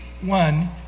one